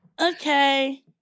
Okay